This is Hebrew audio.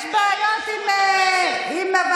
יש בעיות עם ועדות?